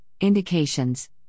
indications